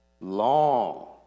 long